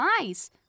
eyes